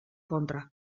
kontra